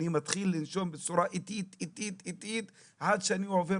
אני מתחיל לנשום בצורה איטית עד שאני עובר